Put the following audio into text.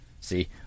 See